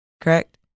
Correct